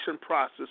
process